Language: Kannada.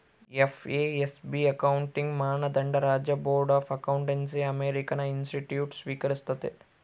ಎಫ್.ಎ.ಎಸ್.ಬಿ ಅಕೌಂಟಿಂಗ್ ಮಾನದಂಡ ರಾಜ್ಯ ಬೋರ್ಡ್ ಆಫ್ ಅಕೌಂಟೆನ್ಸಿಅಮೇರಿಕನ್ ಇನ್ಸ್ಟಿಟ್ಯೂಟ್ಸ್ ಸ್ವೀಕರಿಸ್ತತೆ